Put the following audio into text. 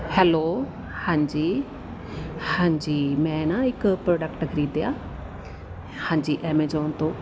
hello ਹਾਂਜੀ ਹਾਂਜੀ ਮੈਂ ਨਾ ਇੱਕ ਪ੍ਰੋਡਕਟ ਖਰੀਦਿਆ ਹਾਂਜੀ ਐਮਾਜੋਨ ਤੋਂ